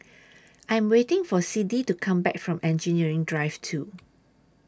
I Am waiting For Siddie to Come Back from Engineering Drive two